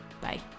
Bye